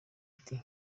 ati